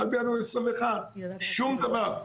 1 בינואר 2021. שום דבר.